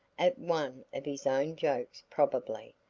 at one of his own jokes probably,